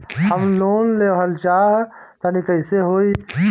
हम लोन लेवल चाह तानि कइसे होई?